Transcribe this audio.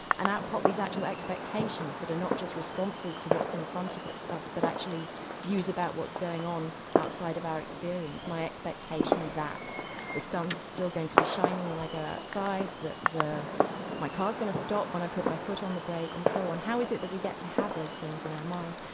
and out pop these actual expectations that are not just responses to what's in front of us but actually views about what's going on outside of our experience my expectation that the sun's still going to be shining when i go outside, that my car's going to stop when i put my foot on the brake and so on. how is it that we get to have those things in our mind?